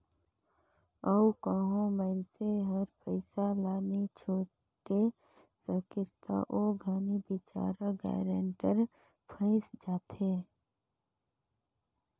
अउ कहों मइनसे हर पइसा ल नी छुटे सकिस ता ओ घनी बिचारा गारंटर फंइस जाथे